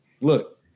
Look